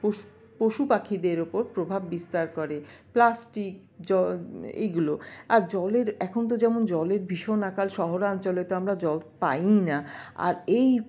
পশু পশুপাখিদের ওপর প্রভাব বিস্তার করে প্লাস্টিক জল এইগুলো আর জলের এখন তো যেমন জলের ভীষণ আকাল শহরাঞ্চলে তো আমরা জল পাই না আর এই